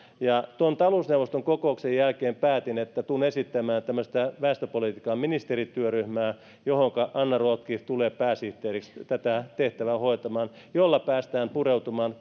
tuon talousneuvoston kokouksen jälkeen päätin että tulen esittämään tämmöistä väestöpolitiikan ministerityöryhmää johonka anna rotkirch tulee pääsihteeriksi hoitamaan tätä tehtävää millä päästään pureutumaan